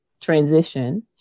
transition